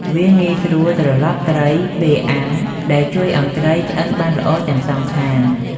វាងាយស្រួលត្រឡប់ត្រីពេលអាំង ដែលជួយឲ្យត្រីឆ្អិនបានល្អទាំងសងខាង។